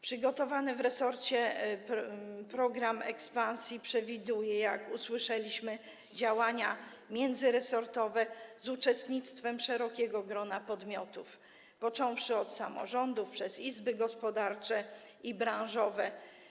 Przygotowany w resorcie program ekspansji przewiduje, jak usłyszeliśmy, działania międzyresortowe z uczestnictwem szerokiego grona podmiotów, począwszy od samorządów, przez izby gospodarcze i branżowe.